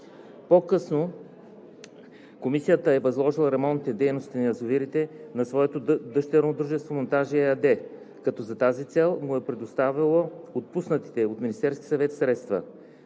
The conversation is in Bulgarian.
По-късно Комисията е възложила ремонтните дейности на язовирите на своето дъщерно дружество „Монтажи“ ЕАД, като за тази цел му е предоставила отпуснатите от Министерския съвет средства.